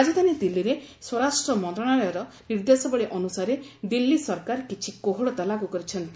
ରାଜଧାନୀ ଦିଲ୍ଲୀରେ ସ୍ୱରାଷ୍ଟ୍ର ମନ୍ତ୍ରଣାଳୟର ନିର୍ଦ୍ଦେଶାବଳୀ ଅନୁସାରେ ଦିଲ୍ଲୀ ସରକାର କିଛି କୋହଳତା ଲାଗ୍ର କରିଛନ୍ତି